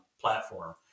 platform